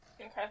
Okay